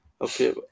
Okay